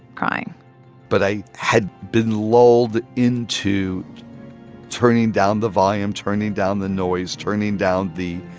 crying but i had been lulled into turning down the volume, turning down the noise, turning down the